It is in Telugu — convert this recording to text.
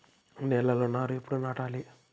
నేలలో నారు ఎప్పుడు నాటాలి?